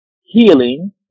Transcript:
Healing